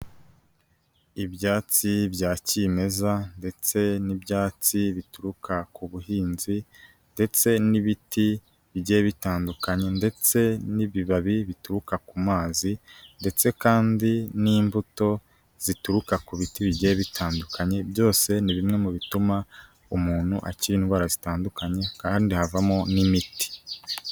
Ibyatsi bya kimeza ndetse n'ibyatsi bituruka ku buhinzi ndetse n'ibiti bigiye bitandukanye ndetse n'ibibabi bituruka ku mazi ndetse kandi n'imbuto zituruka ku biti bigiye bitandukanye, byose ni bimwe mu bituma umuntu akira indwara zitandukanye kandi havamo n'imiti.